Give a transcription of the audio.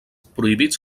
prohibits